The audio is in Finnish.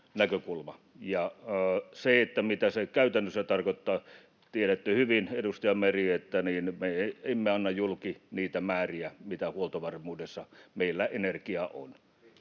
Mitä se käytännössä tarkoittaa, niin tiedätte hyvin, edustaja Meri, että me emme anna julki niitä määriä, mitä huoltovarmuudessa meillä energiaa on.